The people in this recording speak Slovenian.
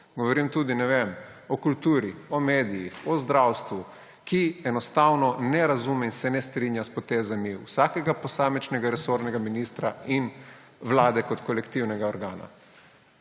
govorim tudi, ne vem, o kulturi, o medijih, o zdravstvu – ki enostavno ne razume in se ne strinja s potezami vsakega posamičnega resornega ministra in Vlade kot kolektivnega organa.